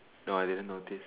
no I didn't notice